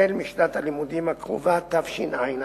משנת הלימודים הקרובה, תשע"א,